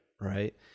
right